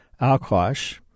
Alkosh